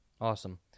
Awesome